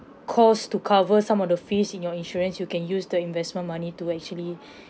cost to cover some of the fees in your insurance you can use the investment money to actually